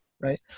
right